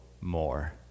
more